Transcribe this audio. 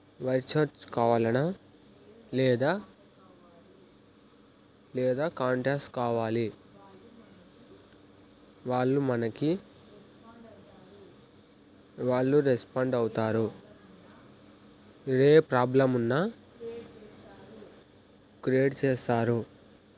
వైచర్చ్ కావాలన్నా లేదా లేదా కాంటాక్ట్స్ కావాలి వాళ్ళు మనకి వాళ్ళు రెస్పాండ్ అవుతారు ఇదే ప్రాబ్లమ్ ఉన్నా క్రియేట్ చేశారు